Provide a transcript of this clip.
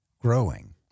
growing